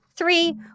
Three